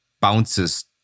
bounces